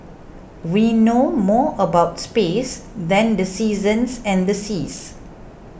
we know more about space than the seasons and the seas